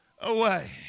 away